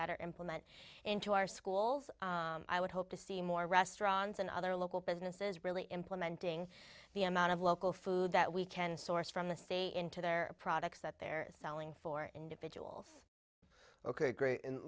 better implement into our schools i would hope to see more restaurants and other local businesses really implementing the amount of local food that we can source from the say into their products that they're selling for individuals ok great